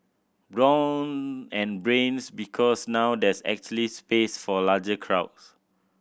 brawn and Brains Because now there's actually space for larger crowds